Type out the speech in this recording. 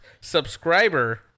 subscriber